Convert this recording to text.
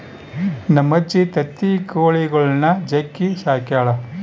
ನಮ್ಮಜ್ಜಿ ತತ್ತಿ ಕೊಳಿಗುಳ್ನ ಜಗ್ಗಿ ಸಾಕ್ಯಳ